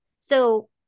So-